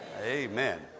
amen